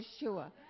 Yeshua